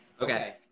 Okay